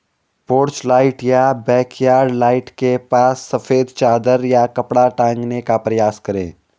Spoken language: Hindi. पोर्च लाइट या बैकयार्ड लाइट के पास सफेद चादर या कपड़ा टांगने का प्रयास करें